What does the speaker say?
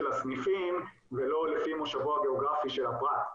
הסניפים ולא לפי מושבו הגיאוגרפי של הפרט.